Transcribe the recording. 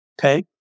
Okay